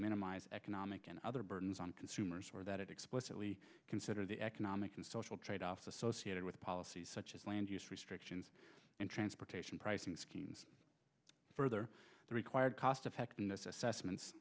minimize economic and other burdens on consumers or that it explicitly consider the economic and social tradeoffs associated with policies such as land use restrictions and transportation pricing schemes further the required cost effectiveness assessments